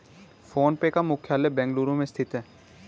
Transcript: phone पे का मुख्यालय बेंगलुरु में स्थित है